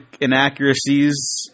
Inaccuracies